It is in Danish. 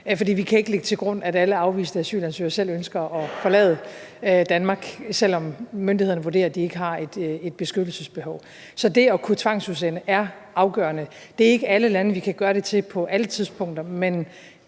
vi kan ikke lægge til grund, at alle afviste asylansøgere selv ønsker at forlade Danmark, selv om myndighederne vurderer, at de ikke har et beskyttelsesbehov. Så det at kunne tvangsudsende er afgørende. Det er ikke alle lande, vi kan gøre det til på alle tidspunkter, men